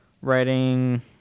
writing